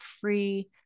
free